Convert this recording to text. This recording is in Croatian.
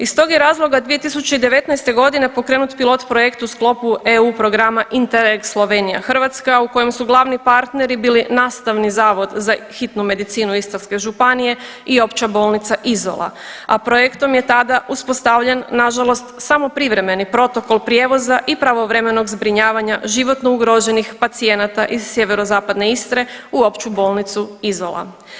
Iz tog je razloga 2019. g. pokrenut pilot-projekt u sklopu EU programa Interreg Slovenija-Hrvatska u kojem su glavni partneri bili Nastavni zavod za hitnu medicinu Istarske županije i Opća bolnica Izola, a projektom je tada uspostavljen, nažalost samo privremeni protokol prijevoza i pravovremenog zbrinjavanja životno ugroženih pacijenata iz sjeverozapadne Istre u Opću bolnicu Izola.